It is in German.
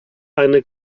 eine